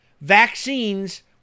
vaccines